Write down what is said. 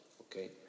Okay